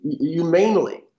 humanely